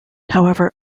however